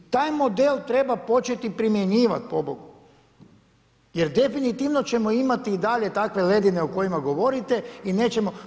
I taj problem treba početi primjenjivati pobogu, jer definitivno ćemo imati i dalje takve ledine o kojima govorite i nećemo.